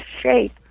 shape